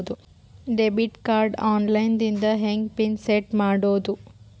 Debit card online ದಿಂದ ಹೆಂಗ್ pin set ಮಾಡೋದು?